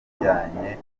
bijyanye